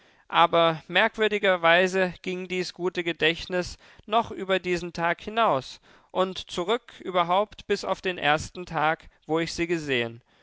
aber merkwürdigerweise ging dies gute gedächtnis noch über diesen tag hinaus und zurück überhaupt bis auf den ersten tag wo ich sie gesehen